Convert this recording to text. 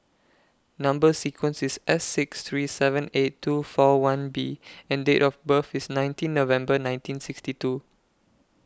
Number sequence IS S six three seven eight two four one B and Date of birth IS nineteen November nineteen sixty two